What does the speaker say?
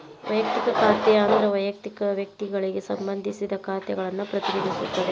ವಯಕ್ತಿಕ ಖಾತೆ ಅಂದ್ರ ವಯಕ್ತಿಕ ವ್ಯಕ್ತಿಗಳಿಗೆ ಸಂಬಂಧಿಸಿದ ಖಾತೆಗಳನ್ನ ಪ್ರತಿನಿಧಿಸುತ್ತ